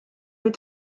mit